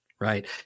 right